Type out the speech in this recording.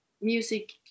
music